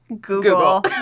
Google